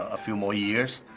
a few more years.